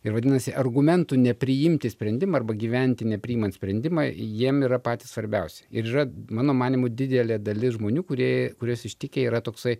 ir vadinasi argumentų nepriimti sprendimą arba gyventi nepriimant sprendimą jiem yra patys svarbiausi ir yra mano manymu didelė dalis žmonių kurie kuriuos ištikę yra toksai